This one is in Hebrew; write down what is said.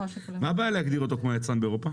מה הבעיה להגדיר אותו כמו יצרן באירופה?